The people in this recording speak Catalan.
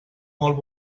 molt